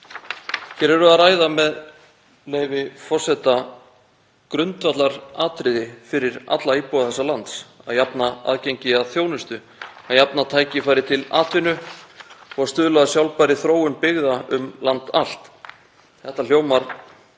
Hér erum við að ræða grundvallaratriði fyrir alla íbúa þessa lands, að jafna aðgengi að þjónustu, jafna tækifæri til atvinnu og stuðla að sjálfbærri þróun byggða um land allt. Þetta hljómar